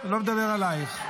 --- אני לא מדבר עלייך.